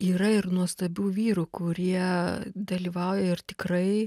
yra ir nuostabių vyrų kurie dalyvauja ir tikrai